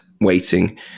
waiting